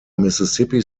mississippi